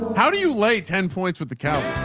how do you lay ten points with the county?